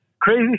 crazy